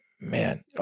Man